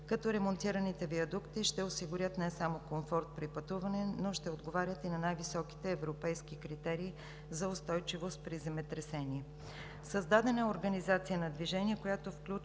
като ремонтираните виадукти ще осигурят не само комфорт при пътуване, но ще отговарят и на най-високите европейски критерии за устойчивост при земетресение. Създадена е организация на движение, която включва